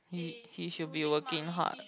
he he should be working hard